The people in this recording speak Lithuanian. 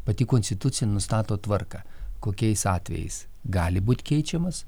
pati konstitucija nustato tvarką kokiais atvejais gali būt keičiamas